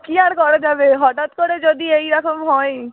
কী আর করা যাবে হঠাৎ করে যদি এরকম হয়